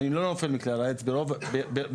ואני לא נופל בכלל ברוב הנושאים,